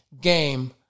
game